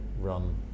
run